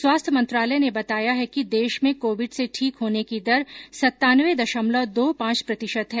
स्वास्थ्य मंत्रालय ने बताया है कि देश में कोविड से ठीक होने की दर सत्तानवे दशमलव दो पांच प्रतिशत है